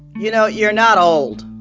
you know, you're not old.